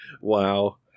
Wow